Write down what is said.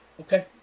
Okay